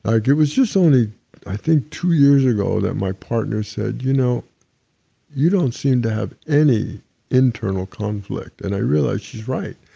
like it was just only i think two years ago that my partner said, you know you don't seem to have any internal conflict, and i realized, she's right.